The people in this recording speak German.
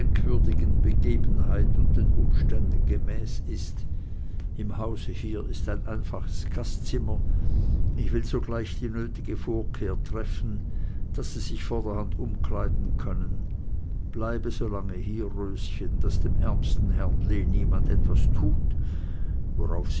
begebenheit und den umständen gemäß ist im hause hier ist ein einfaches gastzimmer ich will sogleich die nötige vorkehr treffen daß sie sich vorderhand umkleiden können bleibe so lang hier röschen daß dem ärmsten herrn lee niemand etwas tut worauf